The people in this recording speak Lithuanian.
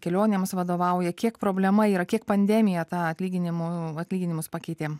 kelionėms vadovauja kiek problema yra kiek pandemija tą atlyginimų atlyginimus pakeitė